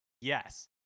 Yes